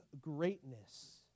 greatness